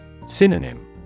Synonym